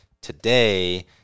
Today